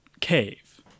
cave